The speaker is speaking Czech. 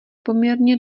poměrně